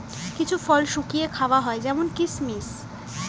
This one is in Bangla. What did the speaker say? কিছু ফল শুকিয়ে খাওয়া হয় যেমন কিসমিস